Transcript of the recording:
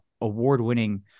award-winning